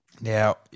Now